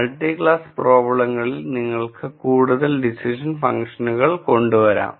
multi class പ്രോബ്ലങ്ങളിൽ നിങ്ങൾക്ക് കൂടുതൽ ഡിസിഷൻ ഫംഗ്ഷനുകൾ കൊണ്ടുവരാം